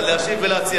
אני משיב.